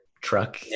truck